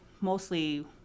mostly